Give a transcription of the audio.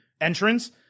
entrance